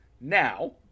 Now